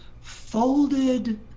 folded